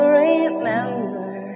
remember